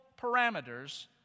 parameters